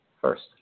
first